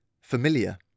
familiar